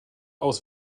aus